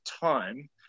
time